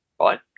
right